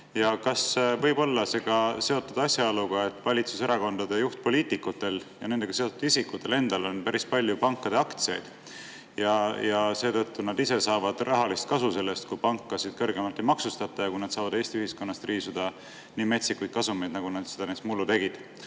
Kas see võib olla seotud asjaoluga, et valitsuserakondade juhtpoliitikutel ja nendega seotud isikutel endal on päris palju pankade aktsiaid ja seetõttu saavad nad ise rahalist kasu sellest, kui pankasid kõrgemalt ei maksustata, ja nad saavad Eesti ühiskonnast riisuda metsikuid kasumeid, nagu nad seda näiteks mullu tegid?